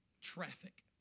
traffic